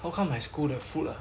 how come my school the food lah